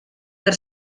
per